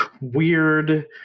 weird